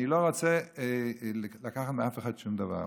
אני לא רוצה לקחת מאף אחד שום דבר.